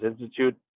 Institute